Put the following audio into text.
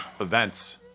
events